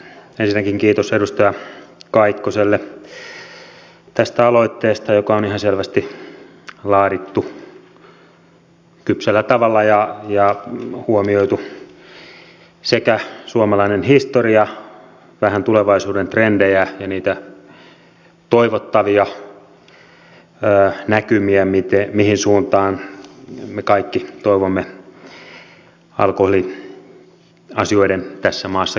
ensinnäkin kiitos edustaja kaikkoselle tästä aloitteesta joka on ihan selvästi laadittu kypsällä tavalla ja jossa on huomioitu sekä suomalainen historia vähän tulevaisuuden trendejä että niitä toivottavia näkymiä mihin suuntaan me kaikki toivomme alkoholiasioiden tässä maassa kehittyvän